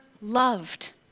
loved